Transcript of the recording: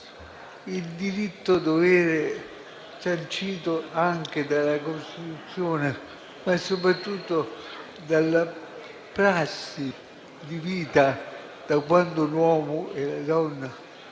Il diritto-dovere sancito anche dalla Costituzione, ma soprattutto dalla prassi di vita: da quando l'uomo e la donna